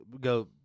go